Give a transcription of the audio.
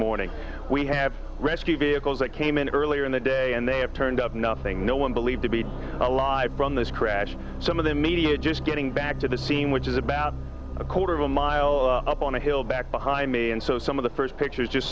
morning we have rescue vehicles that came in earlier in the day and they have turned up nothing no one believed to be alive from this crash some of the media just getting back to the scene which is about a quarter of a mile up on the hill back behind me and so some of the first pictures just